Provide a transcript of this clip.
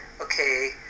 okay